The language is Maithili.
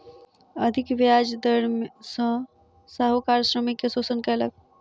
अधिक ब्याज दर सॅ साहूकार श्रमिक के शोषण कयलक